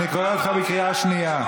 אני קורא אותך בקריאה שנייה.